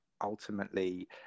ultimately